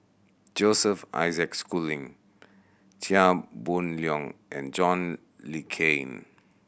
Joseph Isaac Schooling Chia Boon Leong and John Le Cain